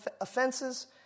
offenses